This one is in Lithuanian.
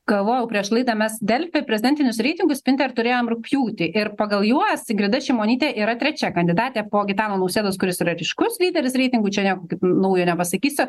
galvojau prieš laidą mes delfi prezidentinius reitingus sprinter turėjom rugpjūtį ir pagal juos ingrida šimonytė yra trečia kandidatė po gitano nausėdos kuris yra ryškus lyderis reitingų čia nieko naujo nepasakysiu